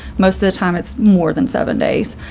most of the time. it's more than seven days.